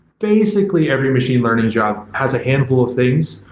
basically, every machine learning job has a handful of things.